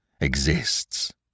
exists